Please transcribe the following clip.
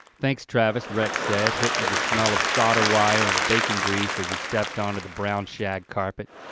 thanks travis, rex said, hit with the smell of solder wire and bacon grease as he stepped onto the brown shag carpet.